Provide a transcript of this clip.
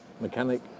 mechanic